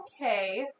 okay